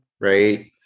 right